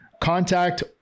contact